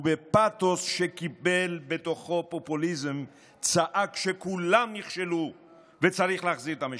ובפתוס שקיפל בתוכו פופוליזם צעק שכולם נכשלו וצריך להחזיר את המשילות.